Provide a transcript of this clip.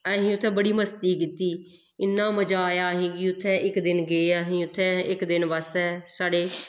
असें उत्थें बड़ी मस्ती कीती इन्ना मजा आया असेंगी उत्थै इक दिन गे असीं उत्थें इक दिन बास्तै साढ़े